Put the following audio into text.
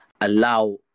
allow